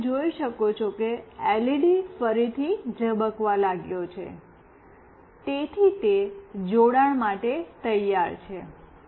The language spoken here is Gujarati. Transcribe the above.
અને તમે જોઈ શકો છો કે એલઇડી ફરીથી ઝબકવા લાગ્યો છે તેથી તે જોડાણ માટે તૈયાર છે